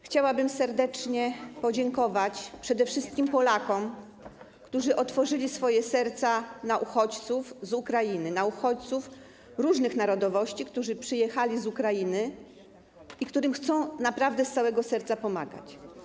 Chciałabym serdecznie podziękować przede wszystkim Polakom, którzy otworzyli swoje serca na uchodźców z Ukrainy, na uchodźców różnych narodowości, którzy przyjechali z Ukrainy i którym chcą naprawdę z całego serca pomagać.